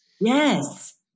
Yes